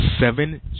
seven